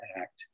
act